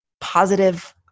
positive